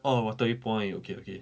orh waterway point okay okay